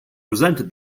resented